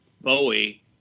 Bowie